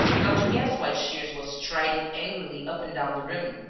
not to guess why shears was striding angrily up and down the room.